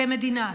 כמדינה,